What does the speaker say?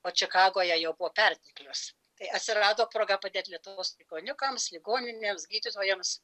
o čikagoje jau buvo perteklius tai atsirado proga padėti lietuvos ligoniukams ligoninėms gydytojams